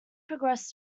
progressed